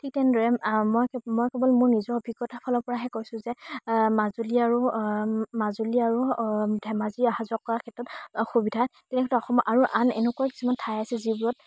ঠিক তেনেদৰে মই মই কেৱল মোৰ নিজৰ অভিজ্ঞতাৰ ফালৰ পৰাহে কৈছোঁ যে মাজুলী আৰু মাজুলী আৰু ধেমাজি অহা যোৱা কৰাৰ ক্ষেত্ৰত অসুবিধা তেনেকে অসমৰ আৰু আন এনেকুৱা কিছুমান ঠাই আছে যিবোৰত